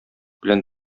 белән